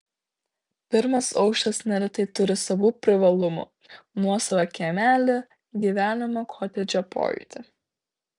pirmas aukštas neretai turi savų privalumų nuosavą kiemelį gyvenimo kotedže pojūtį